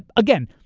again,